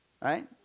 right